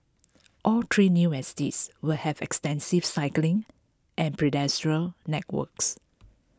all three new estates will have extensive cycling and pedestrian networks